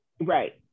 Right